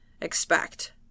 expect